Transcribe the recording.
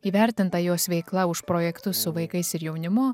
įvertinta jos veikla už projektus su vaikais ir jaunimu